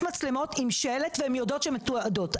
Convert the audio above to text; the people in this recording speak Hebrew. מצלמות עם שלט והן יודעות שהן מתועדות.